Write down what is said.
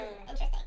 Interesting